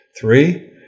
three